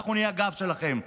אנחנו נהיה הגב שלכם.